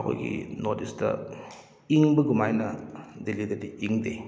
ꯑꯩꯈꯣꯏꯒꯤ north east ꯏꯪꯕ ꯑꯗꯨꯃꯥꯏꯅ ꯗꯦꯜꯂꯤꯗꯗꯤ ꯏꯪꯗꯦ